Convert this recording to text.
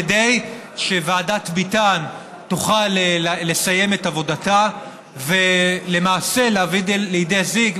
כדי שוועדת ביטן תוכל לסיים את עבודתה ולמעשה להביא לידי זה,